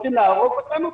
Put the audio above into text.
רוצים להרוג אותנו?